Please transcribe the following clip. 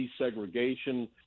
desegregation